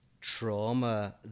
trauma